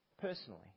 personally